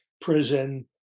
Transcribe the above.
prison